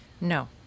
No